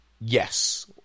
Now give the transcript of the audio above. Yes